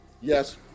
Yes